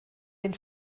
den